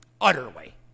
utterly